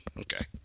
okay